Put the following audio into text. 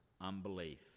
unbelief